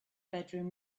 bedroom